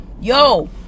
Yo